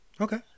okay